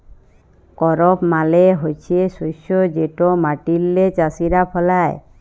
করপ মালে হছে শস্য যেট মাটিল্লে চাষীরা ফলায়